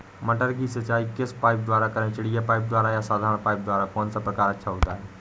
मटर की सिंचाई किस पाइप द्वारा करें चिड़िया पाइप द्वारा या साधारण पाइप द्वारा कौन सा प्रकार अच्छा होता है?